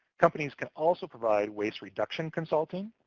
companies can also provide waste reduction consulting,